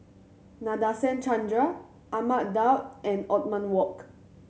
Nadasen Chandra Ahmad Daud and Othman Wok